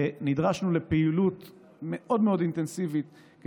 נדרשנו לפעילות אינטנסיבית מאוד מאוד